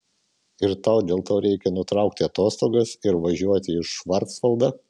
ir tau dėl to reikia nutraukti atostogas ir važiuoti į švarcvaldą